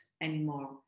anymore